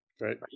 Right